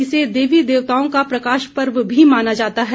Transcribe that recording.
इसे देवी देवताओं का प्रकाश पर्व भी माना जाता है